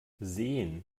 sehen